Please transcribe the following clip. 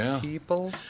people